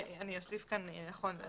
נכון.